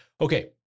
Okay